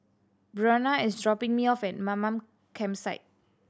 Breonna is dropping me off at Mamam Campsite